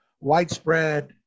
widespread